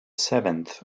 seventh